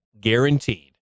guaranteed